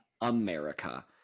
America